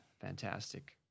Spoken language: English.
fantastic